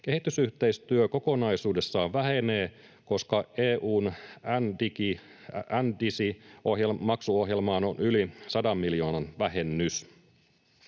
Kehitysyhteistyö kokonaisuudessaan vähenee, koska EU:n NDICI-maksuohjelmaan on yli 100 miljoonan vähennys.